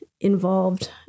involved